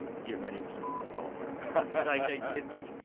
get ready for some to fall apart like, they it's like,